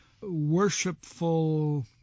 worshipful